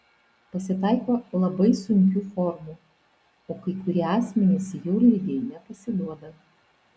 pasitaiko labai sunkių formų o kai kurie asmenys jūrligei nepasiduoda